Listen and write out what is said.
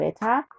better